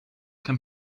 can